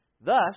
Thus